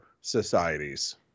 societies